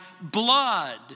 blood